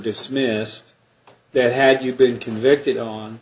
dismissed that had you been convicted on